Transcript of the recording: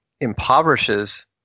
impoverishes